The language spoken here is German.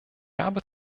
habe